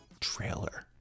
trailer